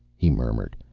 he murmured.